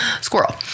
squirrel